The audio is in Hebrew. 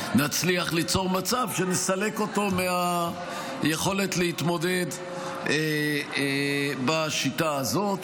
נצליח ליצור מצב שנסלק אותו מהיכולת להתמודד בשיטה הזאת.